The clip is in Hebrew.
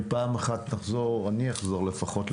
אם פעם אחת אני אחזור לפחות,